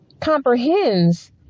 comprehends